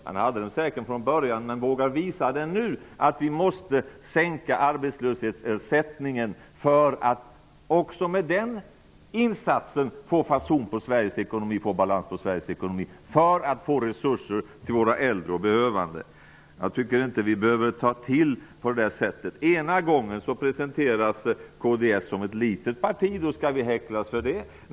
Han hade den säkert från början, men han vågar först nu visa att arbetslöshetsersättningen måste sänkas för att också med hjälp av den insatsen få balans och fason på Sveriges ekonomi. Detta är för att få resurser till våra äldre och behövande. Ena gången presenteras kds som ett litet parti. Då skall vi häcklas för det.